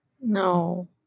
No